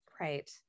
Right